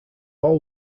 all